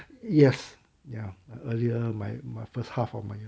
yes ya I earlier on my first half of my